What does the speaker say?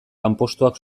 lanpostuak